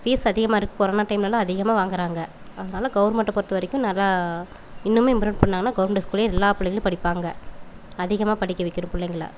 fees அதிகமாக இருக்குது corona டைமெலலாம் அதிகமாக வாங்கிறாங்க அதனால் கவுர்மெண்ட்டை பொறுத்தவரைக்கும் நல்லா இன்னுமே இம்ப்ரூண்ட் பண்ணிணாங்கனா கவுர்மெண்ட்டு ஸ்கூலிலே எல்லா பிள்ளைங்களும் படிப்பாங்க அதிகமாக படிக்க வைக்கணும் பிள்ளைங்கள